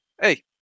hey